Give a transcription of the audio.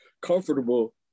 comfortable